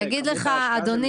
הוא יגיד לך "אדוני,